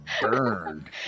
burned